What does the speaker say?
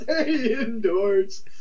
indoors